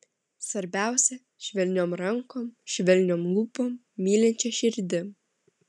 svarbiausia švelniom rankom švelniom lūpom mylinčia širdim